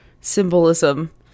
symbolism